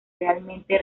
realmente